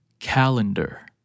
Calendar